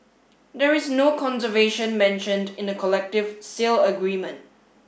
there is no conservation mentioned in the collective sale agreement